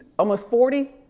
almost forty?